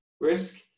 risk